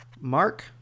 Mark